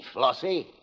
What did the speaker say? Flossie